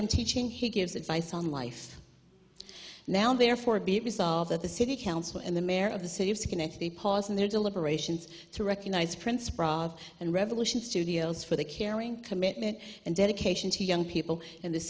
from teaching he gives advice on life now therefore be it resolved that the city council and the mayor of the city of schenectady pause in their deliberations to recognize prince brought and revolution studios for the caring commitment and dedication to young people in the